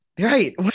Right